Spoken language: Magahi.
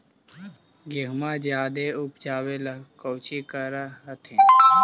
गेहुमा जायदे उपजाबे ला कौची कर हखिन?